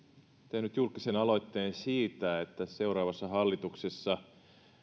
tehnyt julkisen aloitteen siitä että seuraavassa hallituksessa